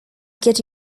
get